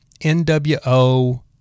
NWO